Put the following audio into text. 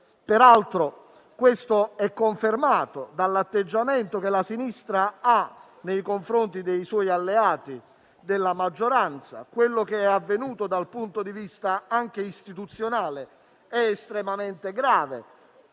Peraltro - come viene confermato dall'atteggiamento della sinistra nei confronti dei suoi alleati della maggioranza - anche quello che è avvenuto dal punto di vista istituzionale è estremamente grave.